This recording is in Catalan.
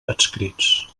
adscrits